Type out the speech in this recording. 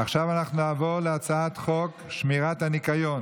העברת תיק רפואי במעבר בין קופות), התשפ"ג 2022,